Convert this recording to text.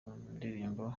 ndirimbo